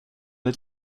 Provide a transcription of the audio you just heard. ett